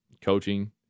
coaching